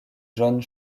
john